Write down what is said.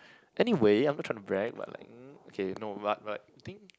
anyway I'm not trying to brag but like mm okay no but but the thing